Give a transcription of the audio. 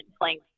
playing